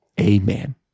Amen